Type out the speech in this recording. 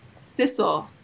Sissel